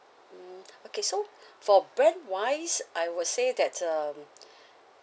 mm okay so for brand wise I would say that um